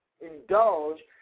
Indulge